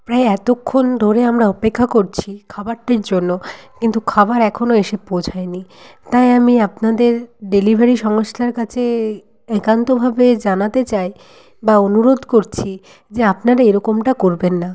প্রায় এতক্ষণ ধরে আমরা অপেক্ষা করছি খাবারটির জন্য কিন্তু খাবার এখনও এসে পৌঁছায়নি তাই আমি আপনাদের ডেলিভারি সংস্থার কাছে একান্তভাবে জানাতে চাই বা অনুরোধ করছি যে আপনারা এরকমটা করবেন না